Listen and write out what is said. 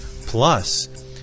Plus